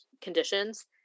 conditions